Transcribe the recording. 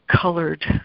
colored